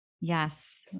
Yes